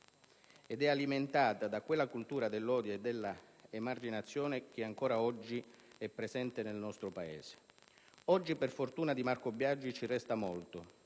ed è alimentata da quella cultura dell'odio e dell'emarginazione che ancora oggi è presente nel nostro Paese. Oggi, per fortuna, di Marco Biagi ci resta molto: